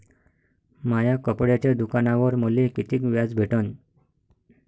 माया कपड्याच्या दुकानावर मले कितीक व्याज भेटन?